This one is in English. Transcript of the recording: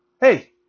hey